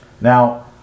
Now